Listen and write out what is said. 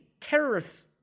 terrorists